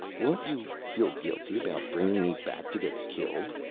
won't you feel guilty about bringing me back to get killed?